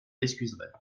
excuserez